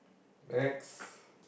next